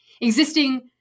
existing